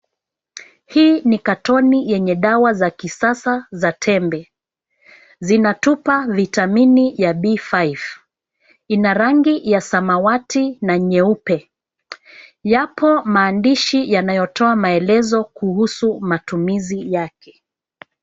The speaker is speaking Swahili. Hii ni katoni yenye dawa za kisasa za tembe. Zinatupa vitamini ya B5. Ina rangi ya samawati na nyeupe. Yapo maandishi yanayotoa maelezo kuhusu matumizi yake.